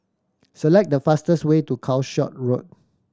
select the fastest way to Calshot Road